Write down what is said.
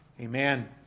Amen